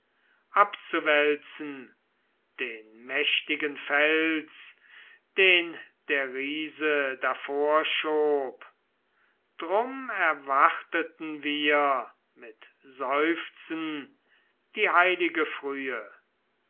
abzuwälzen den mächtigen fels den der riese davorschob drum erwarteten wir mit seufzen die heilige frühe